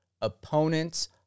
opponents